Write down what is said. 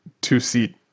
two-seat